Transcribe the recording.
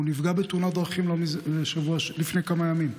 הוא נפגע בתאונת דרכים לפני כמה ימים.